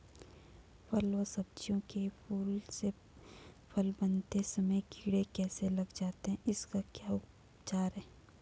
फ़ल व सब्जियों के फूल से फल बनते समय कीड़े कैसे लग जाते हैं इसका क्या उपचार है?